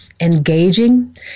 engaging